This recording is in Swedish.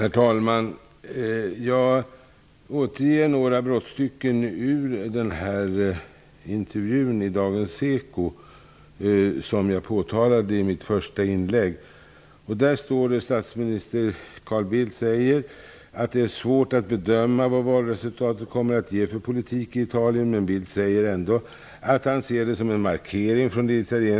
Statsministern gav efter parlamentsvalen i Italien en alltför positiv kommentar till den oroväckande valutgången.